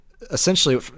essentially